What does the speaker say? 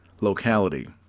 locality